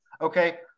Okay